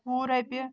وُہ رۄپیہِ